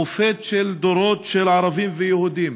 היה מופת של דורות של ערבים ויהודים,